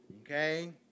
Okay